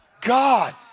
God